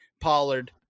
Pollard